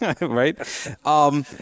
right